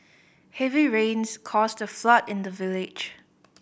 heavy rains caused a flood in the village